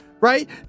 Right